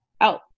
out